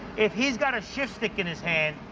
if he's got a shift stick in his hand.